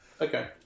okay